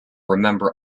remember